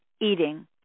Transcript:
eating